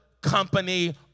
company